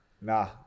Nah